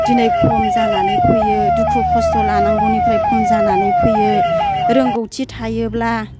दिनै खम जानानै फैयै दुखु खस्थ' लानांगौनिफ्राय खम जानानै फैयो रोंगौथि थायोब्ला